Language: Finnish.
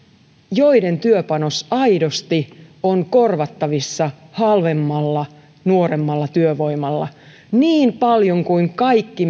joiden työpanos aidosti on korvattavissa halvemmalla nuoremmalla työvoimalla niin paljon kuin kaikki